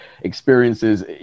experiences